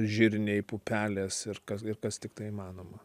žirniai pupelės ir kas ir kas tiktai įmanoma